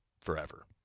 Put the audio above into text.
forever